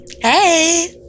hey